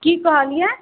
की कहलिए